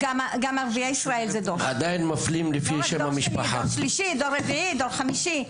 גם ערביי ישראל זה דור שני ושלישי וגם חמישי.